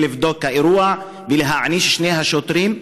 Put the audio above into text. לבדוק את האירוע ולהעניש את שני השוטרים,